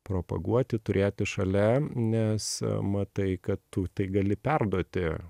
propaguoti turėti šalia nes matai kad tu tai gali perduoti